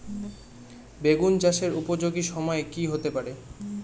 বেগুন চাষের উপযোগী সময় কি হতে পারে?